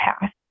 past